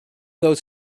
those